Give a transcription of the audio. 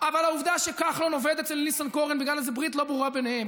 אבל העובדה שכחלון עובד אצל ניסנקורן בגלל ברית לא ברורה ביניהם,